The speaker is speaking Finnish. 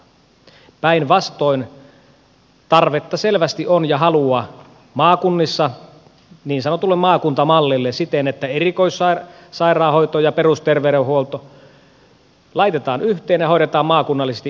päinvastoin tarvetta ja halua selvästi on maakunnissa niin sanotulle maakuntamallille siten että erikoissairaanhoito ja perusterveydenhuolto laitetaan yhteen ja hoidetaan maakunnallisesti isommilla hartioilla